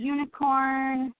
Unicorn